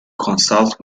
consult